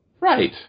Right